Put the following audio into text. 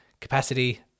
capacity